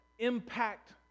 impact